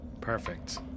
Perfect